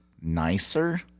nicer